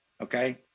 Okay